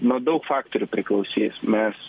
nuo daug faktorių priklausys nes